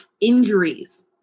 injuries